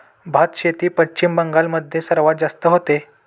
भातशेती पश्चिम बंगाल मध्ये सर्वात जास्त होते